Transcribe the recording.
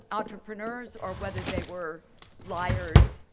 entrepreneurs or whether they were liars,